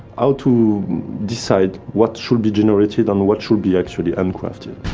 how to decide what should be generated and what should be actually hand-crafted.